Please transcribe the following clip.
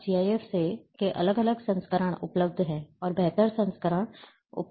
अब जीआईएफ के अलग अलग संस्करण उपलब्ध हैं और बेहतर संस्करण उपलब्ध हो रहे हैं